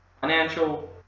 financial